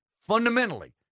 fundamentally